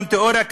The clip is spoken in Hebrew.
גם תיאוריה,